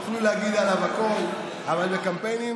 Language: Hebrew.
תוכלו להגיד עליו הכול, אבל בקמפיינים